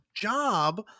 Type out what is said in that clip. job